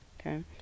okay